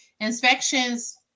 Inspections